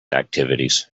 activities